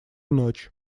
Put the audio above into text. ночь